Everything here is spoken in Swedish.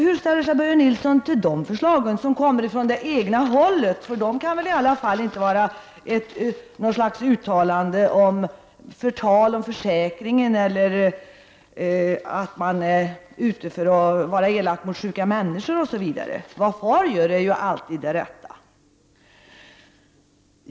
Hur ställer sig Börje Nilsson till de förslagen från det egna hållet? Det kan väl i alla fall inte vara något förtal av försäkringen eller uttalanden gjorda i syfte att vara elak mot sjuka människor? Vad far gör är ju alltid det rätta!